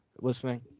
listening